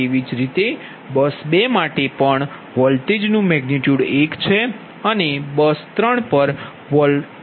તેવી જ રીતે બસ 2 માટે પણ વોલ્ટેજનુ મેગનિટયુડ 1 છે અને બસ 3 પર પણ વોલ્ટેજનુ મેગનિટયુડ 1 છે